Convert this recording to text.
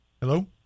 Hello